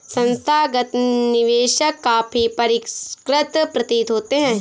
संस्थागत निवेशक काफी परिष्कृत प्रतीत होते हैं